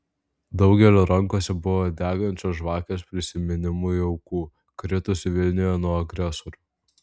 daugelio rankose buvo degančios žvakės prisiminimui aukų kritusių vilniuje nuo agresorių